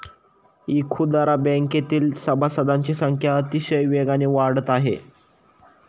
इखुदरा बँकेतील सभासदांची संख्या अतिशय वेगाने वाढत आहे